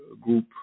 group